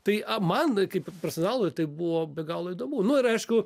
tai a man kaip profesionalui tai buvo be galo įdomu nu ir aišku